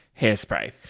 hairspray